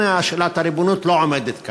שאלת הריבונות לא עומדת כאן.